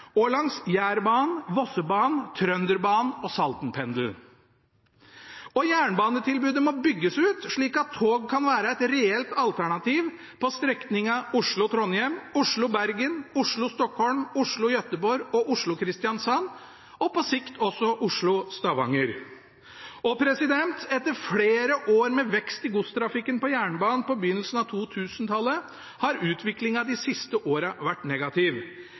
og langs Jærbanen, Vossebanen, Trønderbanen og Saltenpendelen. Jernbanetilbudet må bygges ut, slik at tog kan være et reelt alternativ på strekningene Oslo–Trondheim, Oslo–Bergen, Oslo–Stockholm, Oslo–Gøteborg, Oslo–Kristiansand og på sikt også Oslo–Stavanger. Etter flere år med vekst i godstrafikken på jernbanen på begynnelsen av 2000-tallet har utviklingen de siste åra vært negativ.